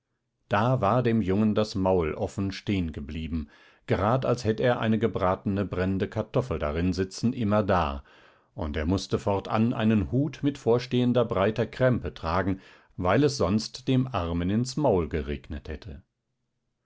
da war dem jungen das maul offen stehen geblieben gerade als hätt er eine gebratene brennende kartoffel darin sitzen immerdar und er mußte fortan einen hut mit vorstehender breiter krempe tragen weil es sonst dem armen ins maul geregnet hätte